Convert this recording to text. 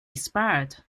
expired